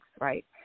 right